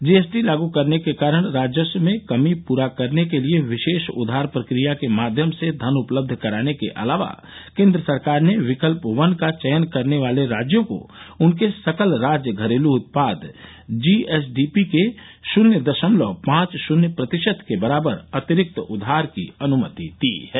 GST लागू करने के कारण राजस्व में कमी पूरा करने के लिए विशेष उधार प्रक्रिया के माध्यम से धन उपलब्ध कराने के अलावा केंद्र सरकार ने विकल्प वन का चयन करने वाले राज्यों को उनके सकल राज्य घरेलू उत्पाद जीएसडीपी के शून्य दशमलव पांच शून्य प्रतिशत के बराबर अतिरिक्त उधार अनुमति दी है